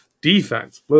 Defense